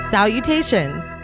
Salutations